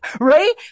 right